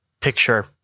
picture